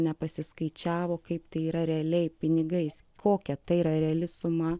nepasiskaičiavo kaip tai yra realiai pinigais kokia tai yra reali suma